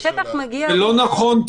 זה לא נכון,